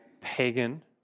pagan